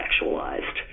sexualized